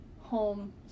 home